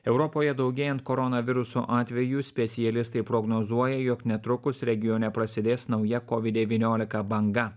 europoje daugėjant koronaviruso atvejų specialistai prognozuoja jog netrukus regione prasidės nauja covid devyniolika banga